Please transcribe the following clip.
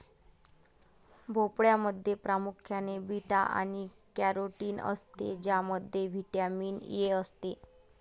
भोपळ्यामध्ये प्रामुख्याने बीटा आणि कॅरोटीन असते ज्यामध्ये व्हिटॅमिन ए असते